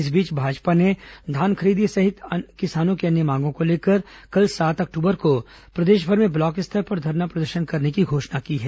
इस बीच भाजपा ने धान खरीदी सहित किसानों की अन्य मांगों को लेकर कल सात अक्टूबर को प्रदेशभर में ब्लॉक स्तर पर धरना प्रदर्शन करने की घोषणा की है